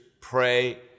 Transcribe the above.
pray